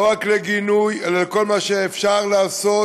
לא רק לגינוי אלא כל מה שאפשר לעשות